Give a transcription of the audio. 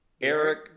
Eric